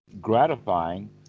gratifying